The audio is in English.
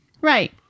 Right